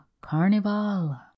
carnival